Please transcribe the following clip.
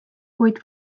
kuid